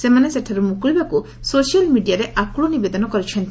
ସେମାନେ ସେଠାରୁ ମୁକୁଳିବାକୁ ସୋସିଆଲ୍ ମିଡିଆରେ ଆକୁଳ ନିବେଦନ କରିଛନ୍ତି